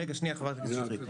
רגע, חברת הכנסת שטרית.